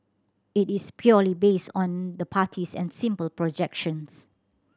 it is purely based on the parties and simple projections